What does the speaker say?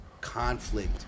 conflict